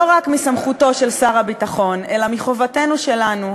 לא רק מסמכותו של שר הביטחון אלא מחובתנו שלנו,